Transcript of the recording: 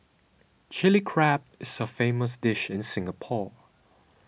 Chilli Crab is a famous dish in Singapore